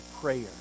prayer